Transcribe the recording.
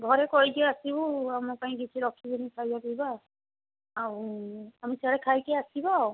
ଘରେ କହିକି ଆସିବୁ ଆମ ପାଇଁ କିଛି ରଖିବେନି ଖାଇବା ପିଇବା ଆଉ ଆମେ ସିଆଡ଼େ ଖାଇକି ଆସିବା